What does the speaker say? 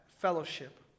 fellowship